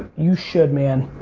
you should man.